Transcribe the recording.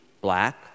black